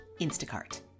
Instacart